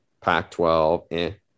Pac-12